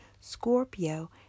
Scorpio